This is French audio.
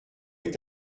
est